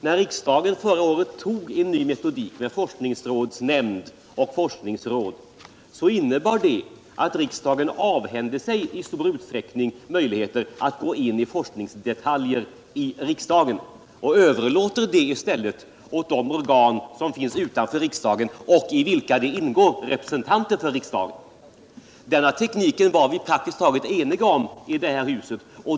När riksdagen förra året antog en ny metodik med forskningsnämnd och forskningsråd innebar det att riksdagen i stor utsträckning avhände sig möjligheterna att gå in i forskningsdetaljer. Dessa frågor överläts till organ utanför riksdagen, i vilka det ingår representanter för riksdagen. Denna teknik var vi praktiskt taget eniga om i det här huset.